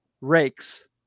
rakes